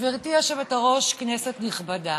גברתי היושבת-ראש, כנסת נכבדה,